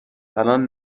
الان